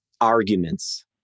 arguments